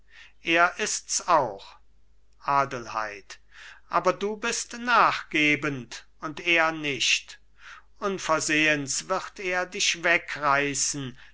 er ist's auch adelheid aber du bist nachgebend und er nicht unversehens wird er dich wegreißen